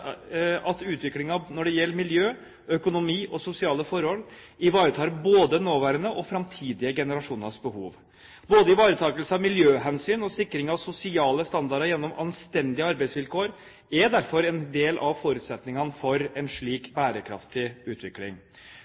at utviklingen når det gjelder miljø, økonomi og sosiale forhold, ivaretar både nåværende og framtidige generasjoners behov. Både ivaretakelse av miljøhensyn og sikring av sosiale standarder gjennom anstendige arbeidsvilkår er derfor en del av forutsetningene for en slik bærekraftig utvikling.